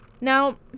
Now